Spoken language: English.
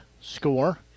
score